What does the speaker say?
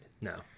no